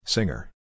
Singer